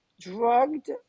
drugged